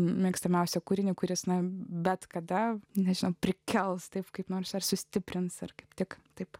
mėgstamiausią kūrinį kuris na bet kada nežinau prikels taip kaip nors ar sustiprins ar kaip tik taip